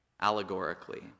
allegorically